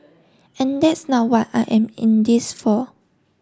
and this now what I am in this for